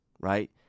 Right